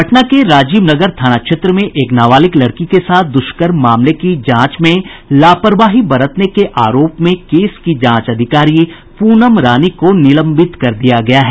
पटना के राजीव नगर थाना क्षेत्र में एक नाबालिग लड़की के साथ दुष्कर्म मामले की जांच में लापरवाही बरतने के आरोप में केस की जांच अधिकारी प्रनम रानी को निलंबित कर दिया गया है